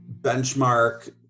benchmark